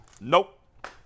Nope